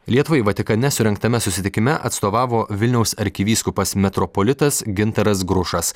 lietuvai vatikane surengtame susitikime atstovavo vilniaus arkivyskupas metropolitas gintaras grušas